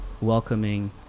welcoming